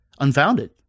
unfounded